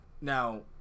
Now